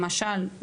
למשל,